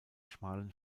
schmalen